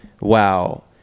Wow